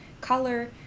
color